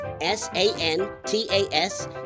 s-a-n-t-a-s